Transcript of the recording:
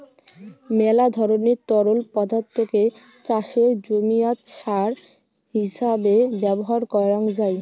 মেলা ধরণের তরল পদার্থকে চাষের জমিয়াত সার হিছাবে ব্যবহার করাং যাই